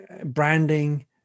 branding